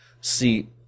See